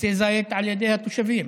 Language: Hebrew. עצי זית, על ידי התושבים.